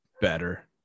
better